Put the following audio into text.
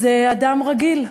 זה אדם רגיל.